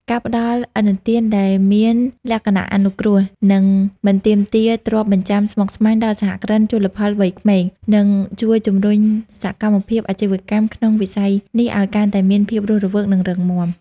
ការផ្ដល់ឥណទានដែលមានលក្ខណៈអនុគ្រោះ និងមិនទាមទារទ្រព្យបញ្ចាំស្មុគស្មាញដល់សហគ្រិនជលផលវ័យក្មេង នឹងជួយជំរុញសកម្មភាពអាជីវកម្មក្នុងវិស័យនេះឱ្យកាន់តែមានភាពរស់រវើក និងរឹងមាំ។